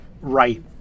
right